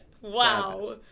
Wow